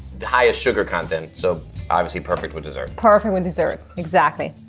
the highest sugar content so obviously perfect with dessert. perfect with dessert, exactly.